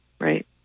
Right